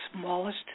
smallest